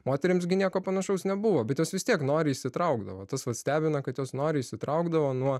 moterims gi nieko panašaus nebuvo bet jos vis tiek noriai įsitraukdavo tas vat stebina kad jos noriai įsitraukdavo nuo